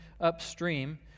upstream